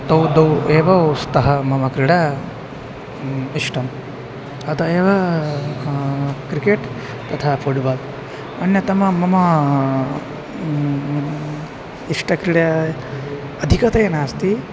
तौ द्वौ एव स्तः मम क्रीडा इष्टा अतः एव क्रिकेट् तथा फ़ुट्बाल् अन्यतमा मम इष्टक्रीडा अधिकतया नास्ति